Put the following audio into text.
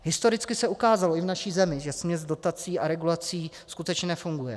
Historicky se ukázalo i v naší zemi, že směs dotací a regulací skutečně nefunguje.